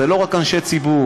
זה לא רק אנשי ציבור,